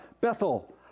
Bethel